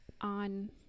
on